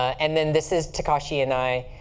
and then this is takashi yanai.